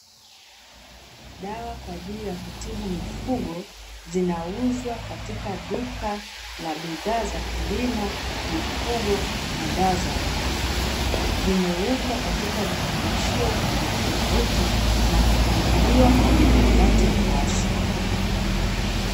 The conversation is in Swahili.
Dawa kwa ajili ya kutibu mifugo zinauzwa katika duka la bidhaa za kilimo, mifugo na dawa za wanyama. Zimewekwa katika vifungashio tofautitofauti na kupangiliwa kwenye makabati ya wazi.